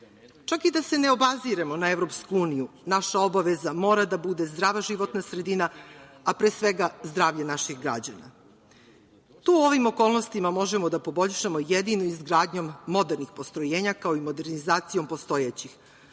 Čak i da se ne obaziremo na EU naša obaveza mora da bude zdrava životna sredina, a pre svega zdravlje naših građana. To u ovim okolnostima možemo da poboljšamo jedino izgradnjom modernih postrojenja, kao i modernizacijom postojećih.